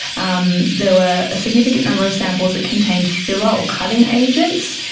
um there were a significant number of samples that contained filler or cutting agents,